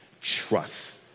trust